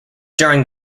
during